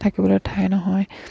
থাকিবলৈ ঠাই নহয়